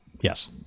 Yes